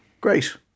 great